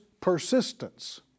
persistence